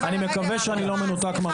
אני מקווה שאני לא מנותק מהמציאות.